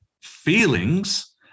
feelings